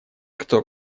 кто